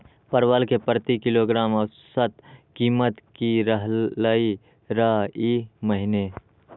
परवल के प्रति किलोग्राम औसत कीमत की रहलई र ई महीने?